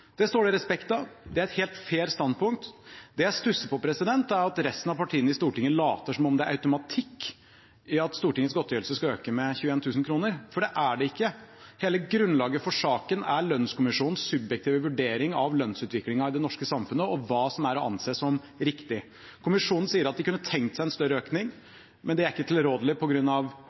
Det står det respekt av, det er et helt fair standpunkt. Det jeg stusser over, er at resten av partiene i Stortinget later som om det er automatikk i at godtgjørelsen for stortingsrepresentanter skal øke med 21 000 kr, for det er det ikke. Hele grunnlaget for saken er lønnskommisjonens subjektive vurdering av lønnsutviklingen i det norske samfunnet og hva som er å anse som riktig. Kommisjonen sier at de kunne tenkt seg en større økning, men det er ikke tilrådelig